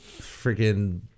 freaking